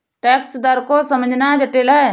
tax दर को समझना जटिल है